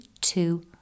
two